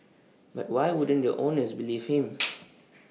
but why wouldn't the owners believe him